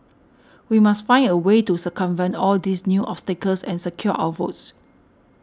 we must find a way to circumvent all these new obstacles and secure our votes